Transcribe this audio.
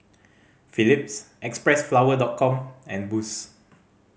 Phillips Xpressflower Com and Boost